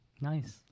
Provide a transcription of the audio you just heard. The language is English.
Nice